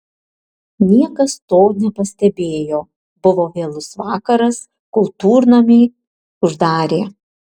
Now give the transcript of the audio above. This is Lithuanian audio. niekas to nepastebėjo buvo vėlus vakaras kultūrnamį uždarė